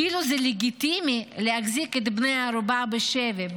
כאילו זה לגיטימי להחזיק את בני הערובה בשבי,